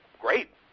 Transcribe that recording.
great